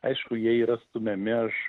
aišku jie yra stumiami aš